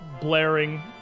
blaring